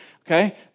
okay